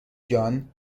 جان